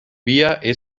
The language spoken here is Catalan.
via